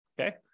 Okay